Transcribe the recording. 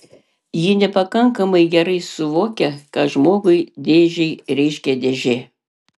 ji nepakankamai gerai suvokia ką žmogui dėžei reiškia dėžė